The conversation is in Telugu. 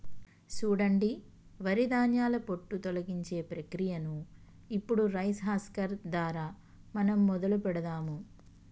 సూడండి వరి ధాన్యాల పొట్టు తొలగించే ప్రక్రియను ఇప్పుడు రైస్ హస్కర్ దారా మనం మొదలు పెడదాము